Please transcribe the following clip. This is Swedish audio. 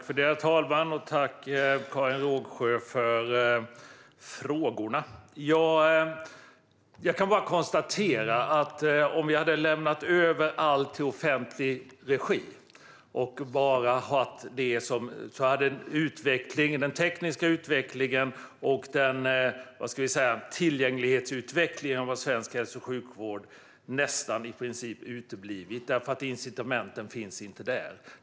Herr talman! Tack, Karin Rågsjö, för frågorna! Jag kan bara konstatera att om vi hade lämnat över allt i offentlig regi hade den tekniska utvecklingen och, vad ska vi säga, tillgänglighetsutvecklingen i svensk hälso och sjukvård nästan i princip uteblivit eftersom incitamenten inte finns där.